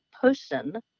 person